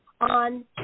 on